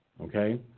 okay